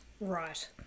Right